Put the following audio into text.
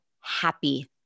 happy